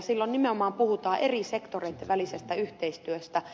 silloin nimenomaan puhutaan eri sektoreitten välisestä yhteistyöstä